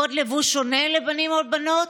קוד לבוש שונה לבנים ולבנות,